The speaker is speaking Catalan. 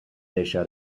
deixa